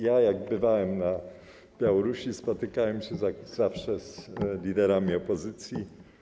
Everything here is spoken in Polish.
Ja, jak bywałem na Białorusi, spotykałem się zawsze z liderami opozycji.